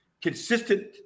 consistent